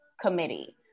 committee